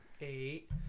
Eight